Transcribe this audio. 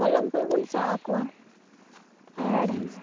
ᱠᱚᱞᱚᱢ ᱠᱩᱪ ᱵᱚᱱ ᱥᱟᱵ ᱟᱠᱩᱣᱟ ᱟᱨ